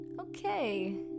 Okay